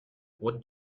what